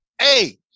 hey